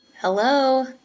Hello